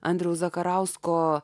andriaus zakarausko